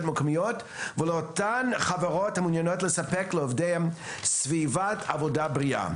המקומיות ולאותן חברות המעוניינות לספק לעובדיהן סביבת עבודה בריאה.